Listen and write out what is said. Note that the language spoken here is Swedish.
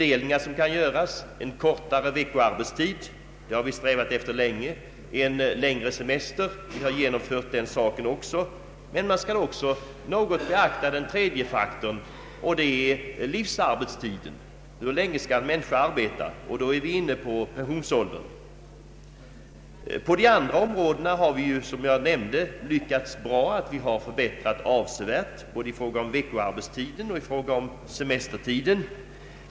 En kortare veckoarbetstid har vi strävat efter länge, likaså längre semester, och det har vi genomfört. Men man skall också något beakta den tredje faktorn och det är livsarbetstiden. Hur länge skall en människa arbeta? Då är vi inne på pensionsåldern. Vi har lyckats bra med att genomföra förbättringar i fråga om veckoarbetstiden och semestertiden.